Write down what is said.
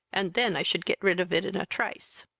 and then i should get rid of it in a trice.